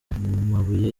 mabuye